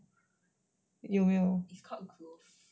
有没有